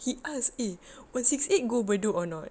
he asked eh one six eight go bedok or not